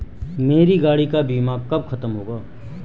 मेरे गाड़ी का बीमा कब खत्म होगा?